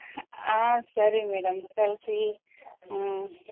ಹಾಂ ಸರಿ ಮೇಡಮ್ ಕಳಿಸಿ ಹ್ಞೂ